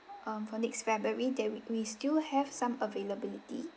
um for next february that we we still have some availability